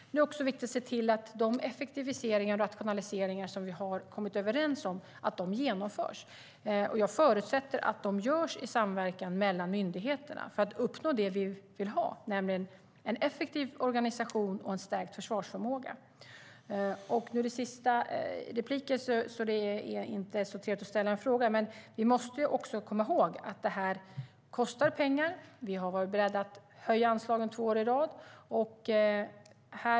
Det är även viktigt att se till att de effektiviseringar och rationaliseringar som vi har kommit överens om genomförs. Och jag förutsätter att de görs i samverkan mellan myndigheterna för att uppnå det som vi vill ha, nämligen en effektiv organisation och stärkt försvarsförmåga. Vi måste även komma ihåg att det här kostar pengar. Vi har varit beredda att höja anslagen två år i rad.